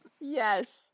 Yes